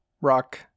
rock